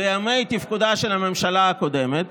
בימי תפקודה של הממשלה הקודמת